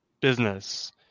business